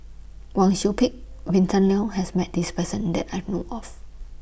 Wang Sui Pick Vint Leow has Met This Person that I know of